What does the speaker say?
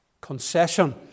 concession